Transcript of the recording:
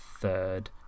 third